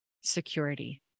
security